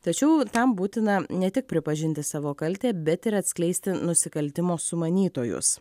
tačiau tam būtina ne tik pripažinti savo kaltę bet ir atskleisti nusikaltimo sumanytojus